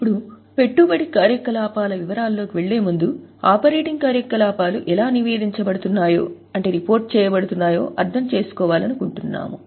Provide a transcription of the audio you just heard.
ఇప్పుడు పెట్టుబడి కార్యకలాపాలకు వెళ్ళే ముందు ఆపరేటింగ్ కార్యకలాపాలు ఎలా నివేదించబడుతున్నాయో అర్థం చేసుకోవాలనుకుంటున్నాము